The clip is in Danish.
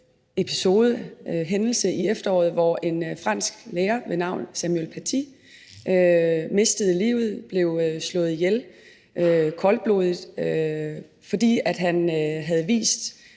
fra efteråret, hvor en fransk lærer ved navn Samuel Paty mistede livet; han blev koldblodigt slået ihjel, fordi han havde vist